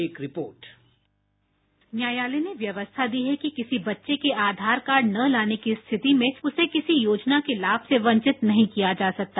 एक report sound bite न्यायालय ने व्यवस्था दी कि किसी बच्चे के आधार कार्ड न लाने की स्थिति में उसे किसी योजना के लाभ से वंचित नहीं किया जा सकता